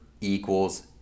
equals